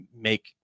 make